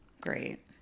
Great